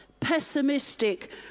pessimistic